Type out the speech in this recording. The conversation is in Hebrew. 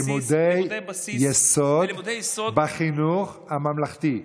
לימודי יסוד בחינוך הממלכתי.